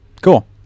Cool